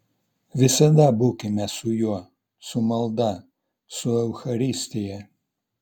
visada būkime su juo su malda su eucharistija